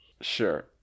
sure